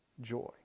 joy